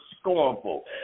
scornful